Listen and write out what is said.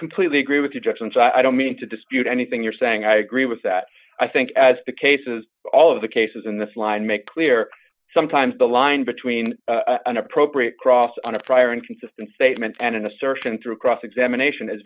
completely agree with you jackson's i don't mean to dispute anything you're saying i agree with that i think as the cases all of the cases in this line make clear sometimes the line between an appropriate cross on a prior inconsistent statement and an assertion through cross examination is